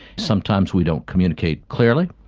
sometimes we don't communicate clearly,